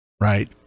Right